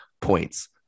points